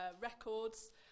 records